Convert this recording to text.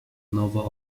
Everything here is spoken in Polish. nowo